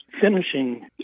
finishing